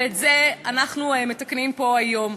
ואת זה אנחנו מתקנים פה היום.